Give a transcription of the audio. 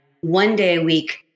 one-day-a-week